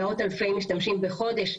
מאות אלפי משתמשים בחודש,